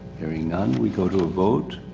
hearing none, we go to a vote.